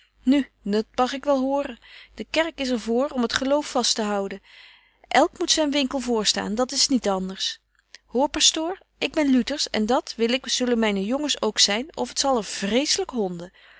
nu dat mag ik wel horen de kerk is er voor om het geloof vast te houden elk moet zyn winkel voorstaan dat is niet anders betje wolff en aagje deken historie van mejuffrouw sara burgerhart hoor pastoor ik ben luters en dat wil ik zullen myn jongens ook zyn of t zal er vreeslyk houden